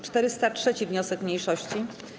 403. wniosek mniejszości.